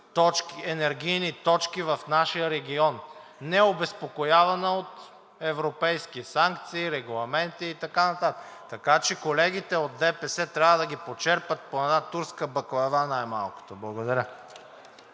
енергийни точки в нашия регион – необезпокоявана от европейски санкции, регламенти и така нататък. Така че колегите от ДПС трябва да ги почерпят по една турска баклава най-малкото. Благодаря.